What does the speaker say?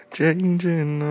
changing